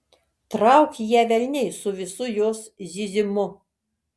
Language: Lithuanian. trauk ją velniai su visu jos zyzimu